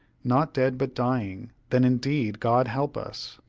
not dead, but dying! then indeed god help us!